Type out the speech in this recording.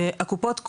הקופות,